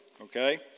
okay